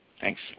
Thanks